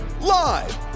live